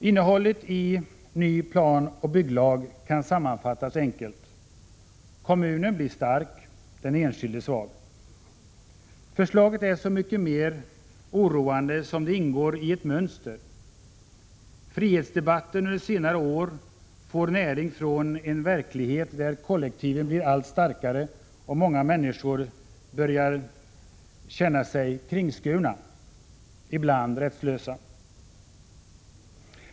Innehållet i den nya planoch bygglagen kan sammanfattas enkelt: Kommunen blir stark, den enskilde blir svag. Förslaget är så mycket mer oroande som det ingår i ett mönster. Frihetsdebatten under senare år har fått näring från en verklighet där kollektiven har blivit allt starkare och många människor börjat känna sig kringskurna, ibland rättslösa.